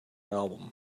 album